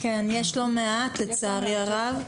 יש לא מעט, לצערי הרב.